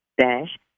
dash